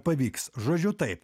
pavyks žodžiu taip